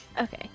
Okay